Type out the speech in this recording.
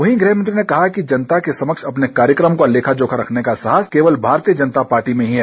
वहीं गृहमंत्री ने कहा कि जनता के समक्ष अपने कार्यक्रमों का लेखा जोखा रखने का साहस केवल भारतीय जनता पार्टी में ही है